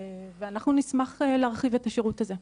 ואנחנו נשמח להרחיב את השירות הזה,